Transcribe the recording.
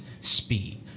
speed